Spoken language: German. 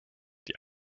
die